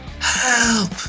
Help